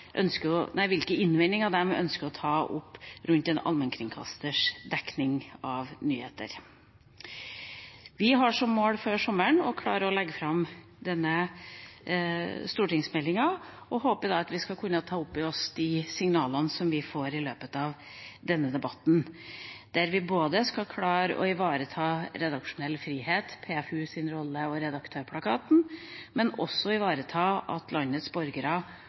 innvendinger de ønsker å ta opp rundt en allmennkringkasters dekning av nyheter. Vi har som mål å klare å legge fram denne lovproposisjonen før sommeren, og håper at vi skal kunne ta med oss de signalene vi får i løpet av denne debatten, og at vi der både skal klare å ivareta redaksjonell frihet, PFUs rolle og Redaktørplakaten og det at landets borgere